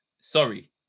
Sorry